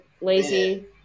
lazy